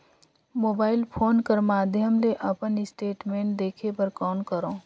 Mobile phone कर माध्यम ले अपन स्टेटमेंट देखे बर कौन करों?